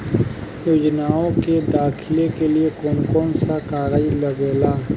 योजनाओ के दाखिले के लिए कौउन कौउन सा कागज लगेला?